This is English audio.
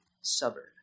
suburb